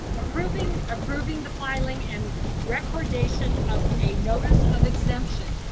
approving approving the filing and recordation of a notice of exemption.